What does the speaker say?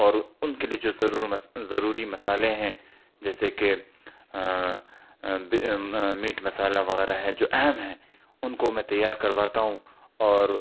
اور ان کے لیے جو ضرور ضروری مصالحے ہیں جیسے کہ میٹ مصالحہ وغیرہ ہے جو اہم ہے ان کو میں تیار کر واتا ہوں اور